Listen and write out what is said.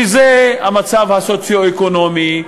שזה המצב הסוציו-אקונומי,